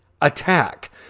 attack